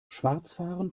schwarzfahren